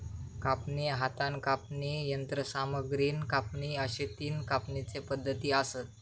कापणी, हातान कापणी, यंत्रसामग्रीन कापणी अश्ये तीन कापणीचे पद्धती आसत